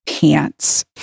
pants